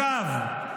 אגב,